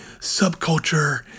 subculture